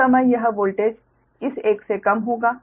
उस समय यह वोल्टेज इस एक से कम होगा